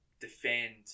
defend